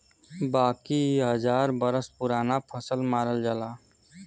बाकी इ हजार बरस पुराना फसल मानल जाला